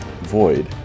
Void